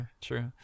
true